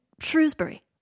Shrewsbury